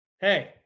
Hey